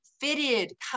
fitted